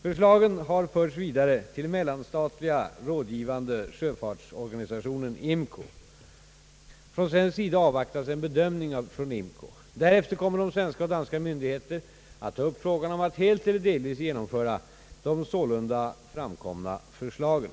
Förslagen har förts vidare till Mellanstatliga rådgivande sjöfartsorganisationen . Från svensk sida avvaktas en bedömning från IMCO. Därefter kommer svenska och danska myndigheter att ta upp frågan om att helt eller delvis genomföra de sålunda framkomna förslagen.